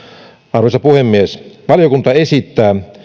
arvoisa puhemies valiokunta esittää